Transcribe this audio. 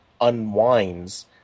unwinds